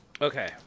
Okay